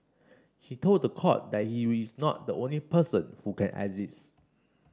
he told the court that he is not the only person who can assist